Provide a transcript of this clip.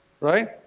right